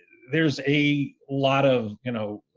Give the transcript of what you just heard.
there's a lot of, you know,